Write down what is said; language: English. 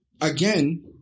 again